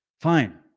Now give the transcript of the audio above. fine